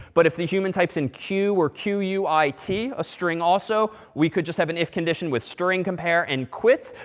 but if the human types in q or q u i t a string also we could just have an if condition with string compare and quit.